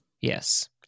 Yes